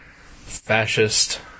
Fascist